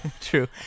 True